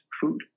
food